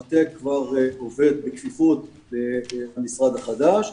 המטה כבר עובד בכפיפות למשרד החדש.